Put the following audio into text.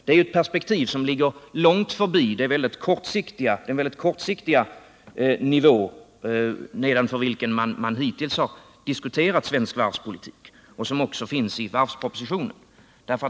Detta är ett perspektiv som ligger långt förbi den mycket kortsiktiga nivå nedanför vilken man hittills har diskuterat svensk varvspolitik och som också finns upptagen i varvspropositionen.